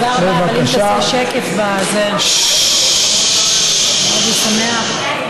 תודה רבה, אבל אם תעשה שקט בזה זה מאוד ישמח.